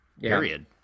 period